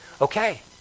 Okay